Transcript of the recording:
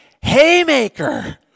haymaker